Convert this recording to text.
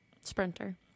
sprinter